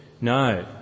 No